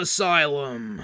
Asylum